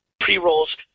pre-rolls